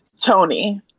Tony